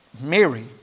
Mary